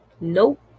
Nope